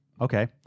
okay